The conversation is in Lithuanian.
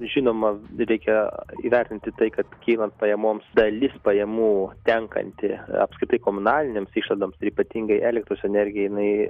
žinoma reikia įvertinti tai kad kylant pajamoms dalis pajamų tenkanti apskritai komunalinėms išlaidoms ir ypatingai elektros energija jinai